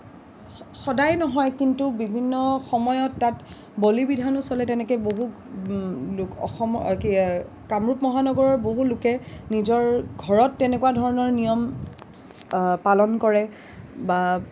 স সদায় নহয় কিন্তু বিভিন্ন সময়ত তাত বলি বিধানো চলে তেনেকে বহু অসমৰ অঁ কি কামৰূপ মহানগৰৰ বহুলোকে নিজৰ ঘৰত তেনেকুৱা ধৰণৰ নিয়ম পালন কৰে বা